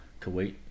kuwait